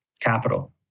capital